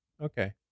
Okay